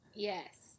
Yes